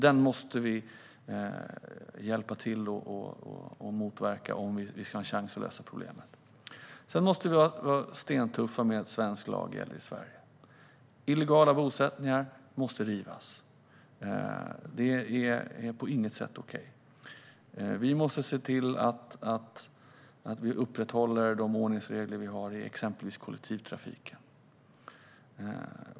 Detta måste vi hjälpa till att motverka om vi ska ha en chans att lösa problemet. Vi måste vara stentuffa med att svensk lag gäller i Sverige. Illegala bosättningar måste rivas. De är på inget sätt okej. Vi måste också upprätthålla de ordningsregler vi har i exempelvis kollektivtrafiken.